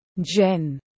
Jen